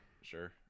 Sure